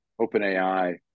OpenAI